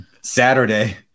Saturday